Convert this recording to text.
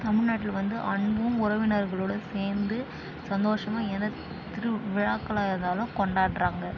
தமிழ்நாட்டில் வந்து அன்பும் உறவினர்களுடன் சேர்ந்து சந்தோஷமாக என திருவ் விழாக்களாக இருந்தாலும் கொண்டாடுகிறாங்க